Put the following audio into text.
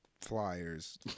flyers